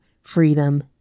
freedom